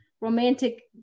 romantic